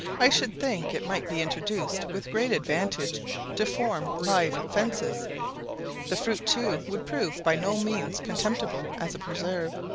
i should think it might be introduced with great advantage to form live fences the fruit, too, would prove by no means contemptible as a preserve.